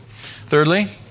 Thirdly